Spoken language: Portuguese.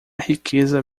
riqueza